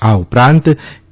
આ ઉપરાંત કે